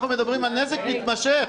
אנחנו מדברים על נזק מתמשך,